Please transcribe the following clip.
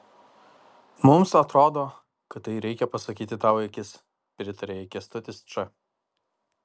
mums atrodo kad tai reikia pasakyti tau į akis pritarė jai kęstutis č